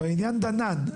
בעניין דנן.